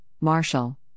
Marshall